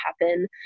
happen